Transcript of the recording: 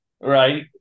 Right